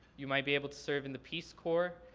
you might be able to serve in the peace corps,